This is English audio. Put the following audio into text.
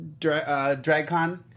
DragCon